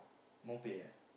more pay ah